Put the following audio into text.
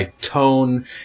tone